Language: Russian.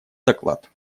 доклад